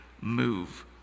move